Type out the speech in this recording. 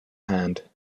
hand